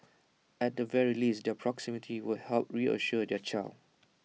at the very least their proximity would help reassure their child